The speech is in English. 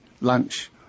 lunch